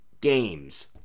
games